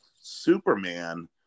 Superman